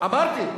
לא אומר את האמת.